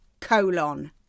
Colon